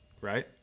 right